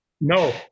No